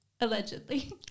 allegedly